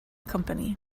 company